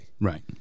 Right